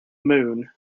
moon